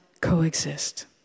coexist